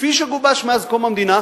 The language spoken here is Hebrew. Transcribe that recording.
כפי שגובש מאז קום המדינה,